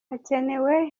hakenewe